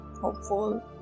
hopeful